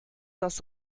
das